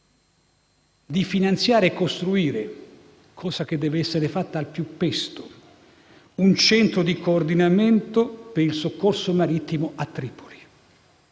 di finanziare e costruire - cosa che dev'essere fatta al più presto - un centro di coordinamento del soccorso marittimo a Tripoli.